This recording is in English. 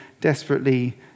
desperately